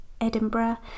Edinburgh